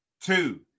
Two